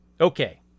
Okay